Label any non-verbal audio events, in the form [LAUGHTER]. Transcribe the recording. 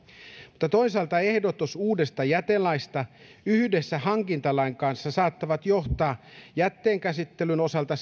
mutta toisaalta ehdotus uudesta jätelaista yhdessä hankintalain kanssa saattaa johtaa jätteenkäsittelyn osalta [UNINTELLIGIBLE]